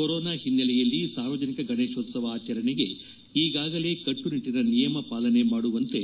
corona ಹಿನ್ನೆಲೆಯಲ್ಲಿ ಸಾರ್ವಜನಿಕ ಗಣೇಶೋತ್ಸವ ಆಚರಣೆಗೆ ಈಗಾಗಲೇ ಕಟ್ಟುನಿಟ್ಟನ ನಿಯಮ ಪಾಲನೆ ಮಾಡುವಂತೆ